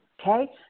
okay